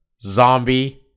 Zombie